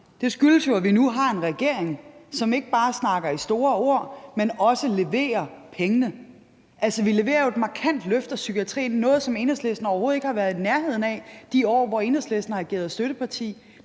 skyldes jo, at vi nu har en regering, som ikke bare bruger store ord, men også leverer pengene. Vi leverer et markant løft af psykiatrien – noget, som Enhedslisten overhovedet ikke har været i nærheden af de år, hvor Enhedslisten har ageret støtteparti,